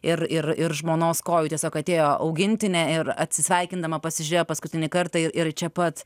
ir ir ir žmonos kojų tiesiog atėjo augintinė ir atsisveikindama pasižiūrėjo paskutinį kartą ir ir čia pat